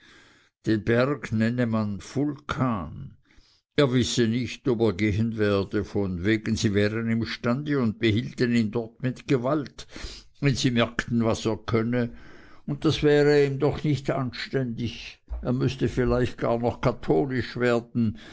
den berg nenne man vulkan er wisse nicht ob er gehen werde von wegen sie wären imstande und behielten ihn dort mit gewalt wenn sie merkten was er könne und das wäre ihm doch nicht anständig er müßte vielleicht gar noch katholisch werden